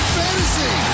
fantasy